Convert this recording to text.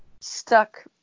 stuck